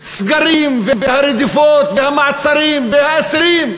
עול הסגרים והרדיפות והמעצרים והאסירים,